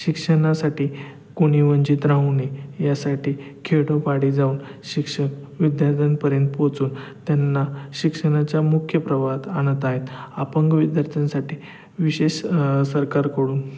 शिक्षणासाठी कुणी वंचित राहू नये यासाठी खेडोपाडी जाऊन शिक्षक विद्यार्थ्यांपर्यंत पोहचून त्यांना शिक्षणाच्या मुख्य प्रवाहात आणत आहेत अपंग विद्यार्थ्यांसाठी विशेष सरकारकडून